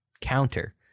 counter